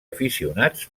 aficionats